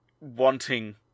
wanting